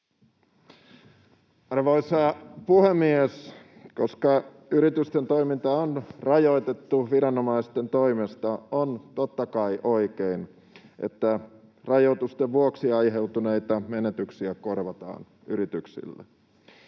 Arvoisa puhemies! Koska yritysten toimintaa on rajoitettu viranomaisten toimesta, on totta kai oikein, että rajoitusten vuoksi aiheutuneita menetyksiä korvataan yrityksille.